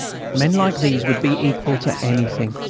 men like these would be equal to anything,